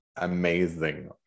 amazing